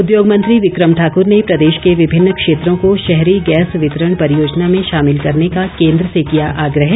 उद्योगमंत्री विक्रम ठाकूर ने प्रदेश के विभिन्न क्षेत्रों को शहरी गैस वितरण परियोजना में शामिल करने का केन्द्र से किया आग्रह